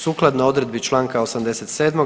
Sukladno odredbi članka 87.